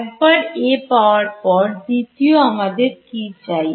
একবার A পাওয়ার পর দ্বিতীয় আমাদের কি চাই